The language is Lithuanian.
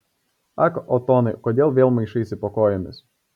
ak otonai kodėl vėl maišaisi po kojomis